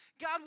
God